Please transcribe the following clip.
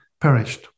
perished